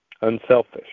unselfish